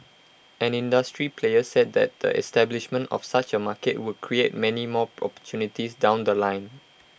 an industry player said that the establishment of such A market would create many more opportunities down The Line